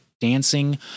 dancing